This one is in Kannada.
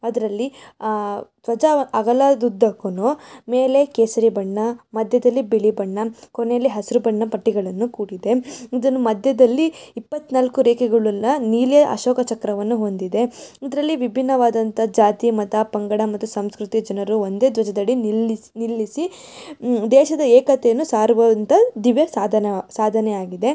ಅದರಲ್ಲಿ ಧ್ವಜ ಅಗಲದುದ್ದಕ್ಕೂ ಮೇಲೆ ಕೇಸರಿ ಬಣ್ಣ ಮಧ್ಯದಲ್ಲಿ ಬಿಳಿ ಬಣ್ಣ ಕೊನೆಯಲ್ಲಿ ಹಸಿರು ಬಣ್ಣ ಪಟ್ಟಿಗಳನ್ನು ಕೂಡಿದೆ ಇದನ್ನು ಮಧ್ಯದಲ್ಲಿ ಇಪ್ಪತ್ನಾಲ್ಕು ರೇಖೆಗಳುಳ್ಳ ನೀಲಿಯ ಅಶೋಕ ಚಕ್ರವನ್ನು ಹೊಂದಿದೆ ಇದರಲ್ಲಿ ವಿಭಿನ್ನವಾದಂಥ ಜಾತಿ ಮತ ಪಂಗಡ ಮತ್ತು ಸಂಸ್ಕೃತಿಯ ಜನರು ಒಂದೇ ಧ್ವಜದಡಿ ನಿಲ್ಲಿಸಿ ನಿಲ್ಲಿಸಿ ದೇಶದ ಏಕತೆಯನ್ನು ಸಾರುವಂಥ ದಿವ್ಯ ಸಾಧನ ಸಾಧನವಾಗಿದೆ